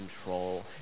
control